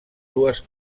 dues